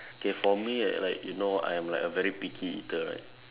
okay for me like you know I'm like a very picky eater right